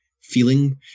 feeling